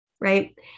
right